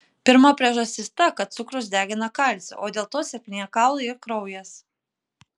pirma priežastis ta kad cukrus degina kalcį o dėl to silpnėja kaulai ir kraujas